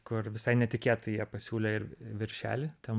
kur visai netikėtai jie pasiūlė ir viršelį ten